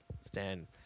stand